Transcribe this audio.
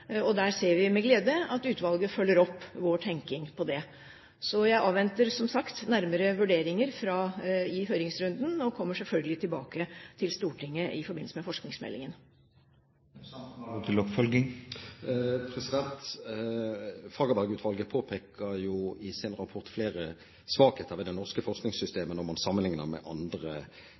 ser vi med glede at utvalget følger opp vår tekning. Så jeg avventer, som sagt, nærmere vurderinger i høringsrunden og kommer selvfølgelig tilbake til Stortinget i forbindelse med forskningsmeldingen. Fagerberg-utvalget påpeker i sin rapport flere svakheter i det norske forskningssystemet når man sammenligner med andre